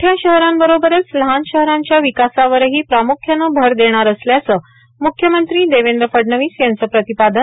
मोठ्या शहरांबरोबरच लहान शहरांच्या विकासावरही प्राम्ख्यानं भर देणार असल्याचं म्ख्यमंत्री देवेंद्र फडणवीस यांचं प्रतिपादन